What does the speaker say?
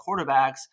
quarterbacks